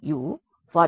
t